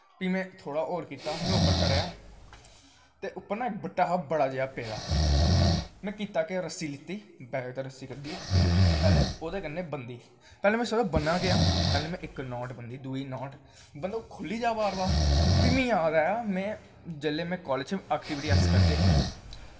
फ्ही में थोह्ड़ा होर कीता में थोह्ड़ा होर चढ़ेआ ते उप्पर ना इक बट्टा जेहा हा बड्डा जेहा पेदा में कीते केह् रस्सी लैत्ती बैग चा दा रस्सी कड्ढी में पैह्लैं ओह्दे कन्नैं ब'न्नी में ब'न्नदा गेआ पैह्लैं में इक नाट ब'न्नी दूई नाट मतलव खु'ल्ली जा बार बार फ्ही में जाद आया जिसलै अस कालेज़ च ऐक्चिविटी करदे हे नी